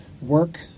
work